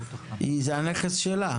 זה הנכס שלה.